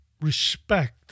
respect